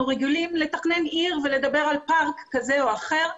אם אנחנו רגילים לתכנן עיר ולדבר על פארק כזה או אחר,